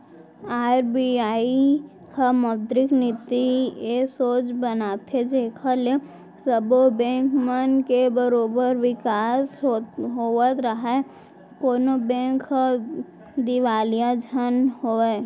RBI ह मौद्रिक नीति ए सोच बनाथे जेखर ले सब्बो बेंक मन के बरोबर बिकास होवत राहय कोनो बेंक ह दिवालिया झन होवय